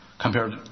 compared